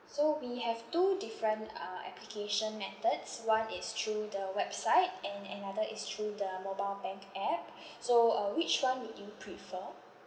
so we have two different uh application methods one is through the website and another is through the mobile bank app so uh which one would you prefer